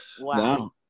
Wow